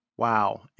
Wow